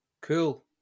Cool